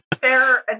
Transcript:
Fair